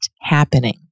happening